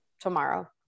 tomorrow